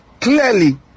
clearly